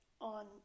on